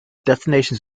destinations